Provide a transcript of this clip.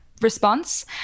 Response